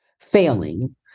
failing